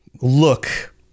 look